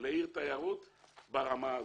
לעיר תיירות ברמה הזאת.